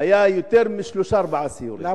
היה ביותר משלושה-ארבעה סיורים.